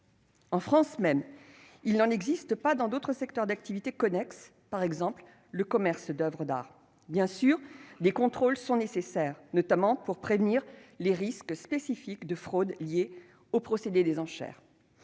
En France même, il n'en existe pas dans des secteurs d'activité connexes, par exemple le commerce d'oeuvres d'art. Bien sûr, des contrôles sont nécessaires, notamment pour prévenir les risques spécifiques de fraude liés au procédé des enchères.